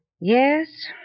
Yes